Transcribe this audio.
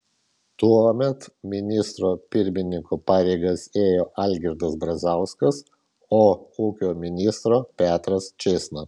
tuomet ministro pirmininko pareigas ėjo algirdas brazauskas o ūkio ministro petras čėsna